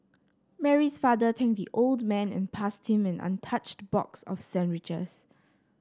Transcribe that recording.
Mary's father thanked the old man and passed him an untouched box of sandwiches